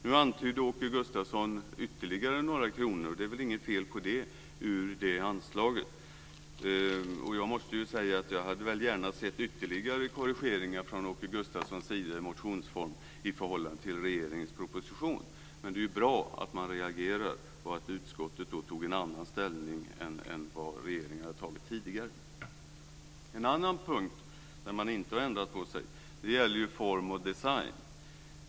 Nu antydde Åke Gustavsson ytterligare några kronor ur det anslaget, och det är väl inget fel i det. Jag måste ju säga att jag gärna hade sett ytterligare korrigeringar från Åke Gustavssons sida i motionsform i förhållande till regeringens proposition. Men det är bra att man reagerar och att utskottet tog en annan ställning än vad regeringen har gjort tidigare. En annan punkt där man inte har ändrat sig gäller form och design.